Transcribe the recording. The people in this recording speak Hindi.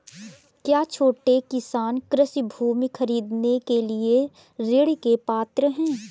क्या छोटे किसान कृषि भूमि खरीदने के लिए ऋण के पात्र हैं?